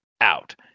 out